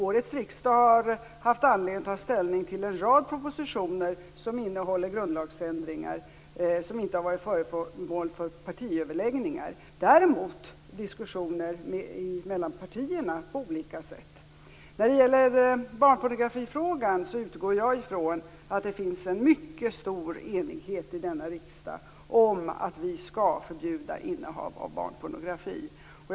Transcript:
Årets riksdag har haft anledning att ta ställning till en rad propositioner som innehåller grundlagsändringar och som inte har varit föremål för partiöverläggningar - däremot på olika sätt diskussioner mellan partierna. När det gäller frågan om barnpornografi utgår jag från att det finns en mycket stor enighet i denna riksdag om att vi skall förbjuda innehav av barnpornografi.